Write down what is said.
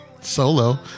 Solo